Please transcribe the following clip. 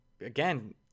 again